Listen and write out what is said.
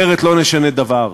אחרת לא נשנה דבר.